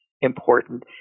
important